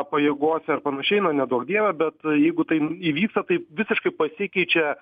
pajėgose ar panašiai na neduok dieve bet jeigu tai įvyksta tai visiškai pasikeičia